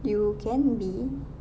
you can be